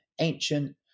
ancient